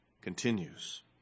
continues